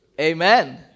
amen